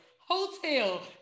hotel